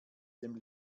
dem